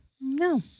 no